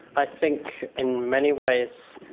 i think in many ways,